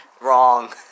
wrong